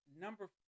Number